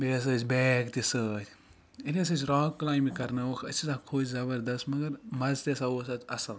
بییٚہِ ہَسا ٲسۍ بیگ تہِ سۭتۍ ییٚلہِ ہَسا أسۍ راک کلایمبِنٛگ کَرنٲوٕکھ أسۍ ہَسا کھوٗژۍ زَبَردَست مَگَر مَزٕ تہِ ہَسا اوس تَتھ اَصل